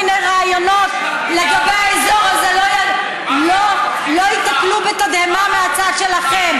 שאחר כך כל מיני רעיונות לגבי האזור הזה לא ייתקלו בתדהמה מהצד שלכם.